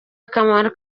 akamaro